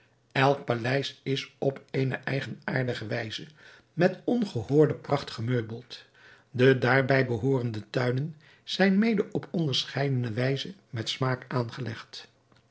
elk paleis is op eene eigenaardige wijze met ongehoorde pracht gemeubeld de daarbij behoorende tuinen zijn mede op onderscheidene wijze met smaak aangelegd